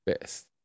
Best